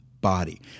body